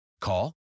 Call